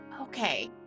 Okay